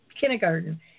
kindergarten